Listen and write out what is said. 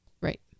Right